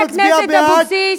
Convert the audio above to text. חברת הכנסת אבקסיס,